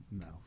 no